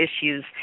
issues